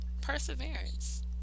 perseverance